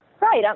Right